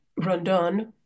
Rondon